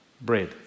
bread